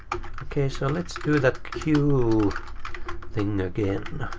ok, so let's do that q thing again.